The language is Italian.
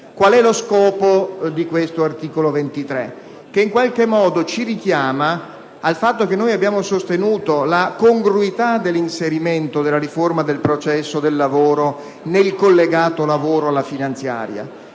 Qual è lo scopo dell'articolo 23? Esso, in qualche modo, ci richiama al fatto di aver abbiamo sostenuto la congruità dell'inserimento della riforma del processo del lavoro nel collegato lavoro alla finanziaria.